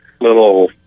little